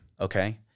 Okay